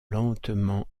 lentement